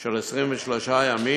של 23 ימים.